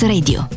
Radio